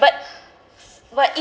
but but